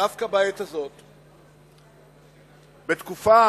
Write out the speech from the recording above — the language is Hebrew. פינה אחת מתחום מאוד בעייתי שנקרא תקציב הביטחון